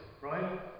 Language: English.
right